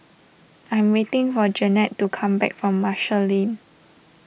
I'm waiting for Jeanette to come back from Marshall Lane